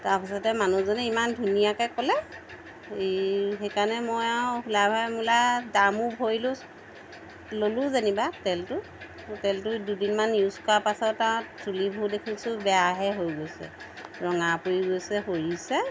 তাৰপিছতে মানুহজনে ইমান ধুনীয়াকৈ ক'লে সেইকাৰণে মই আৰু হোলা ভাই মোলা দামো ভৰিলোঁ ল'লোঁ যেনিবা তেলটো তেলটো দুদিনমান ইউজ কৰা পাছত আৰু চুলিবোৰ দেখোন বেয়াহে হৈ গৈছে ৰঙা পৰি গৈছে সৰিছে